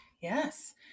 Yes